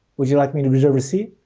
would you like me to reserve a seat?